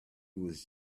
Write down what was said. was